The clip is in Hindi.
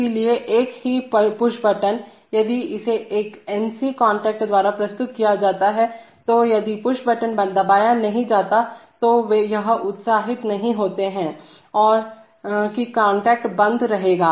इसलिए एक ही पुश बटन यदि इसे एक एनसीकॉन्टैक्ट द्वारा प्रस्तुत किया जाता है तो यदि पुश बटन दबाया नहीं जाता है तो यह उत्साहित नहीं है कि कॉन्टैक्ट बंद क्लोज रहेगा